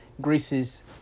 Greece's